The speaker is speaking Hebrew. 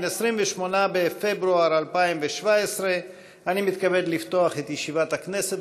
28 בפברואר 2017. אני מתכבד לפתוח את ישיבת הכנסת.